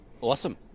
Awesome